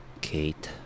Kate